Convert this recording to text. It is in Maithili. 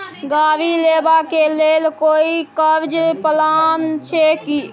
गाड़ी लेबा के लेल कोई कर्ज प्लान छै की?